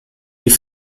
die